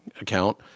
account